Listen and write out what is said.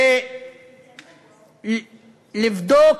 ולבדוק